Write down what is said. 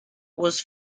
was